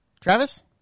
Travis